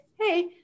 Hey